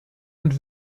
und